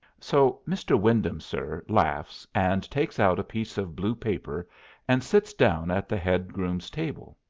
so mr. wyndham, sir, laughs, and takes out a piece of blue paper and sits down at the head groom's table.